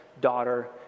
daughter